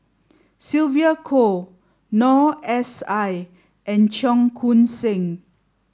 Sylvia Kho Noor S I and Cheong Koon Seng